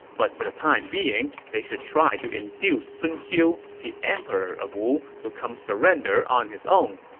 but for the time being, they should try to induce sun xiu, the emperor of wu, to come surrender on his own.